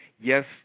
Yes